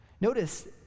Notice